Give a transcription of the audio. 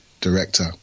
director